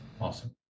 Awesome